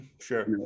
Sure